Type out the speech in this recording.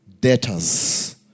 debtors